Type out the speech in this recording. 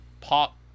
pop